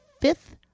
fifth